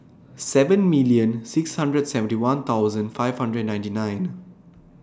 seven million six hundred seventy one thousand five hundred ninety nine